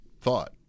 thought